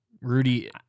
Rudy